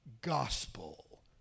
gospel